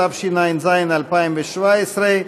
התשע"ז 2017,